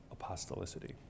apostolicity